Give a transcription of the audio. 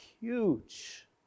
huge